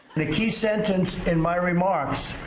the key sentence in my remarks,